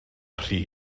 rhy